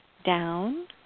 down